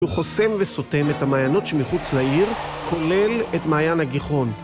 הוא חוסם וסותם את המעיינות שמחוץ לעיר, כולל את מעיין הגיחון.